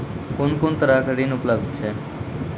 कून कून तरहक ऋण उपलब्ध छै?